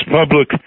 public